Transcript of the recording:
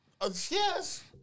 Yes